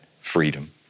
freedom